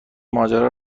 ماجرا